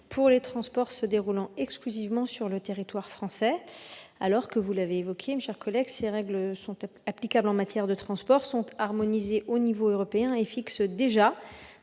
pour les transports se déroulant exclusivement sur le territoire français. Or, vous l'avez dit, mes chers collègues, les règles applicables en matière de transport sont harmonisées au niveau européen : elles fixent déjà